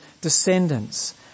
descendants